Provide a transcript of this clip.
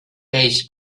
peix